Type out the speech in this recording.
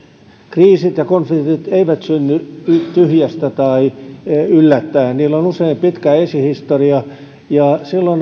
kriisit ja konfliktit eivät synny tyhjästä tai yllättäen niillä on usein pitkä esihistoria ja silloin